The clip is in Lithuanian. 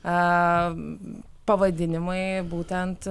a pavadinimai būtent